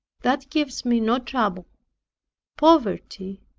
that gives me no trouble poverty,